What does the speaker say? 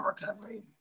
recovery